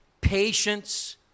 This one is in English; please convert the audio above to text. patience